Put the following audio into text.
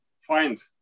find